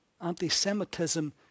anti-Semitism